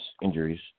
injuries